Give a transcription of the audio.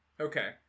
Okay